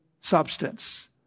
substance